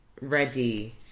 ready